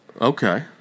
Okay